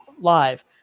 live